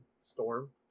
storm